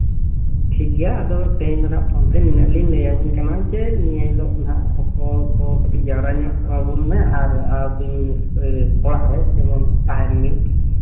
ᱴᱷᱤᱠ ᱜᱮᱭᱟ ᱟᱫᱚ ᱛᱮᱦᱮᱧ ᱫᱚ ᱦᱟᱸᱜ ᱯᱷᱳᱱ ᱛᱮ ᱱᱤᱱᱟᱹᱜ ᱞᱤᱧ ᱞᱟᱹᱭ ᱟᱵᱮᱱ ᱠᱟᱱᱟ ᱡᱮ ᱱᱤᱭᱟᱹ ᱦᱤᱞᱳᱜ ᱦᱟᱸᱜ ᱦᱚᱲ ᱠᱚ ᱠᱟᱹᱴᱤᱡ ᱡᱟᱣᱨᱟ ᱧᱚᱜ ᱟᱵᱚᱱ ᱢᱮ ᱟᱨ ᱚᱲᱟᱜ ᱨᱮ ᱡᱮᱢᱚᱱ ᱛᱟᱦᱮᱱ ᱢᱮ